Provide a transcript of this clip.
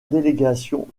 délégation